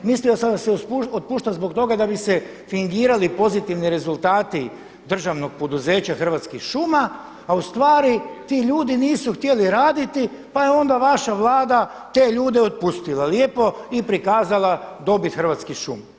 Mislio sam da se otpušta zbog toga da bi se fingirali pozitivni rezultati državnog poduzeća Hrvatskih šuma, a u stvari ti ljudi nisu htjeli raditi, pa je onda vaša Vlada te ljude otpustila lijepo i prikazala dobit Hrvatskih šuma.